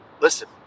Listen